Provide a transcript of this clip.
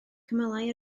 cymylau